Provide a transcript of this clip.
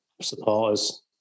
supporters